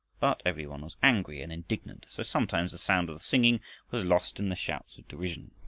but every one was angry and indignant, so sometimes the sound of the singing was lost in the shouts of derision.